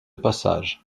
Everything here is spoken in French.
passage